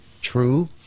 true